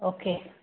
okay